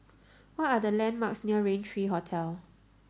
what are the landmarks near Raintr Hotel